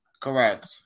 Correct